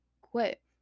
quit